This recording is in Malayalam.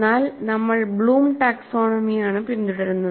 എന്നാൽ നമ്മൾ ബ്ലൂം ടാക്സോണമി ആണ് പിന്തുടരുന്നത്